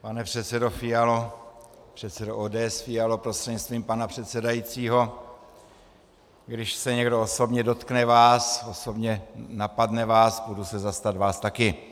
Pane předsedo Fialo, předsedo ODS Fialo prostřednictvím pana předsedajícího, když se někdo osobně dotkne vás, osobně napadne vás, půjdu se zastat vás taky.